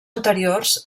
anteriors